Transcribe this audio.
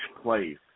place